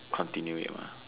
continue it mah